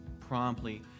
promptly